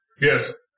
Yes